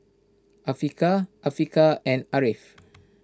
Afiqah Afiqah and Ariff